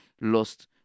lost